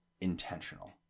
intentional